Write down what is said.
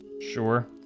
Sure